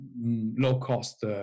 low-cost